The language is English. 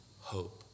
hope